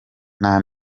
nta